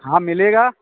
हाँ मिलेगा